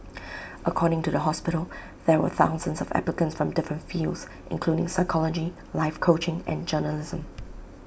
according to the hospital there were thousands of applicants from different fields including psychology life coaching and journalism